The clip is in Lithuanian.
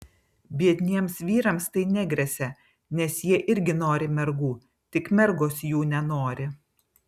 biedniems vyrams tai negresia nes jie irgi nori mergų tik mergos jų nenori